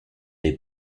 des